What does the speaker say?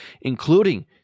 including